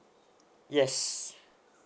yes